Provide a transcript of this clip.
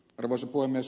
arvoisa puhemies